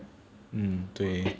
mm 对